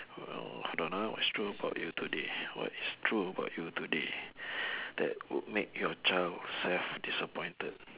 well I don't ah what's true about you today what is true about you today that would make your child self disappointed